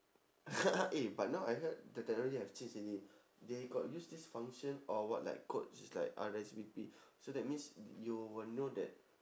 eh but now I heard the technology have changed already they got use this function or what like code which is like R_S_V_P so that means you will know that